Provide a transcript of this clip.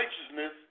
righteousness